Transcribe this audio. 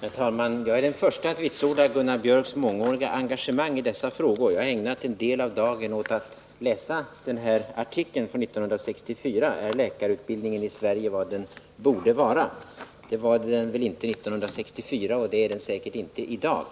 Herr talman! Jag är den förste att vitsorda Gusuar Biörcks mångåriga engagemang i dessa frågor, och jag har ägnat en del av dagen åt att läsa den här artikeln från 1964, Är läkarutbildningen i Sverige vad den borde vara? Det var den inte 1964, och det är den säkert inte heller i dag.